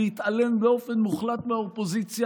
בהתעלם באופן מוחלט מהאופוזיציה,